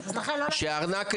שהארנק אצלה.